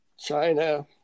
China